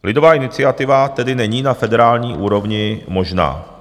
Lidová iniciativa tedy není na federální úrovni možná.